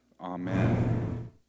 Amen